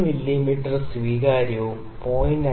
3 millimetre സ്വീകാര്യവും 0